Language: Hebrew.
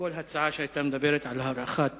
לכל הצעה שהיתה מדברת על הארכת